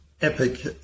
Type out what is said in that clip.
epic